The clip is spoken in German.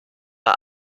bei